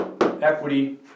equity